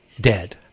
Dead